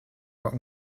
rock